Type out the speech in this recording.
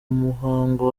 muhango